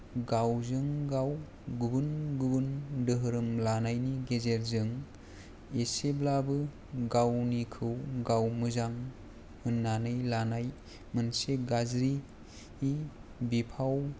गावजों गाव गुबुन गुबुन दोहोरोम लानायनि गेजेरजों एसेब्लाबो गावनिखौ गाव मोजां होननानै लानाय मोनसे गाज्रि बिफाव